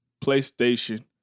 PlayStation